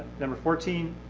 number fourteen,